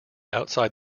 outside